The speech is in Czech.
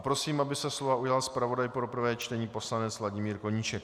Prosím, aby se slova ujal zpravodaj pro prvé čtení poslanec Vladimír Koníček.